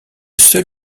seul